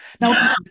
Now